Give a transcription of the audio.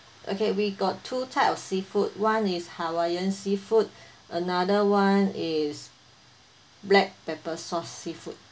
okay we got two type of seafood one is hawaiian seafood another one is black pepper sauce seafood